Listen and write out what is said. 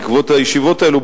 בעקבות הישיבות האלה,